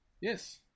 Yes